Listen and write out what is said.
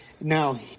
Now